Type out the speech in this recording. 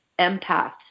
empaths